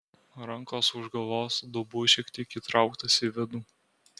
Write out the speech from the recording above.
rankos už galvos dubuo šiek tiek įtrauktas į vidų